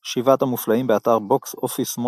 "שבעת המופלאים", באתר Box Office Mojo